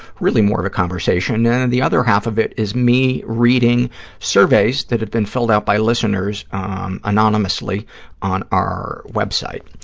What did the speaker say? really more of a conversation, and then and the other half of it is me reading surveys that have been filled out by listeners um anonymously on our web site.